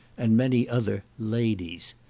and many other ladies.